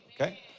okay